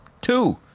Two